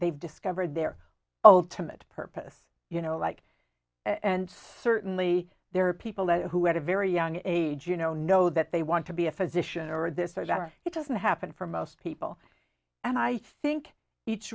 they've discovered their ultimate purpose you know like and certainly there are people who had a very young age you know know that they want to be a physician or this or that or it doesn't happen for most people and i think